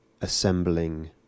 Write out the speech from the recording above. assembling